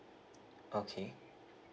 okay